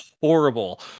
horrible